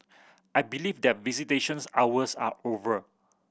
I believe that visitations hours are over